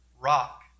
rock